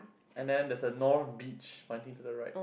and then there's a north beach pointing to the right